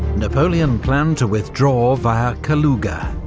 napoleon planned to withdraw via kaluga,